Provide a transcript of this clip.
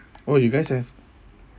oh you guys have